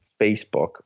Facebook